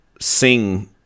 sing